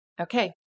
Okay